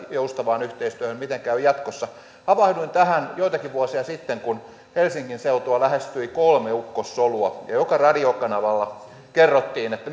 joustavaan yhteistyöhön miten käy jatkossa havahduin tähän joitakin vuosia sitten kun helsingin seutua lähestyi kolme ukkossolua ja joka radiokanavalla kerrottiin että